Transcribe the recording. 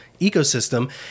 ecosystem